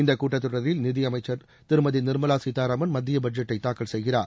இந்தக் கூட்டத்தொடரில் நிதியமைச்சா் திருமதி நிர்மலா சீதாராமன் மத்திய பட்ஜெட்டை தாக்கல் செய்கிறார்